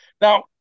Now